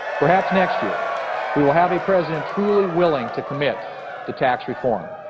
perhaps next year we will have a president truly willing to commit to tax reform,